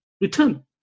return